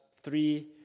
three